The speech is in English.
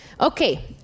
Okay